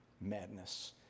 madness